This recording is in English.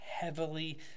heavily